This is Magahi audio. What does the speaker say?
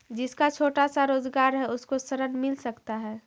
जिसका छोटा सा रोजगार है उसको ऋण मिल सकता है?